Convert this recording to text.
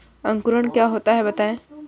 अंकुरण क्या होता है बताएँ?